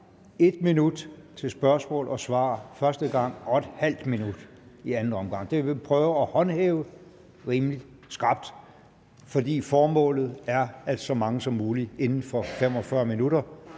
henholdsvis spørgsmål og svar første gang og ½ minut i anden omgang. Det vil vi prøve at håndhæve rimelig skrapt, fordi formålet er, at så mange som muligt inden for 45 minutter,